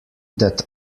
that